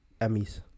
Emmys